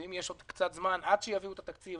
ואם יש זמן עד שיגיע התקציב,